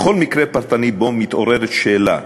בכל מקרה פרטני שבו מתעוררת שאלה,